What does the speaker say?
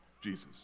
Jesus